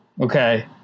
Okay